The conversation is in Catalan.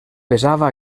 pesava